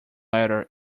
letter